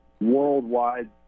worldwide